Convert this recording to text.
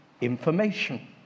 information